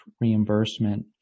reimbursement